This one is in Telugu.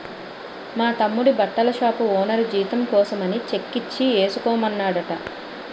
మా తమ్ముడి బట్టల షాపు ఓనరు జీతం కోసమని చెక్కిచ్చి ఏసుకోమన్నాడట